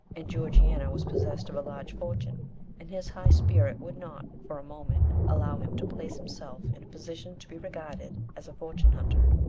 and georgiana was possessed of a large fortune and his high spirit would not, for a moment, allow him to place himself in a position to be regarded as a fortune-hunter.